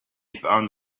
found